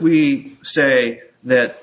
we say that